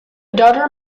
daughter